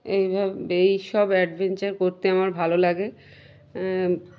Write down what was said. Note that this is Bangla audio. এইভাবে এই সব অ্যাডভেঞ্চার করতে আমার ভালো লাগে